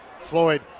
Floyd